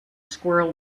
squirrel